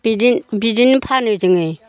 बिदि बिदिनो फानो जोङो